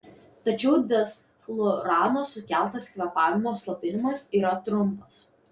tačiau desflurano sukeltas kvėpavimo slopinimas yra trumpas